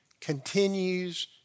continues